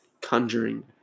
Conjuring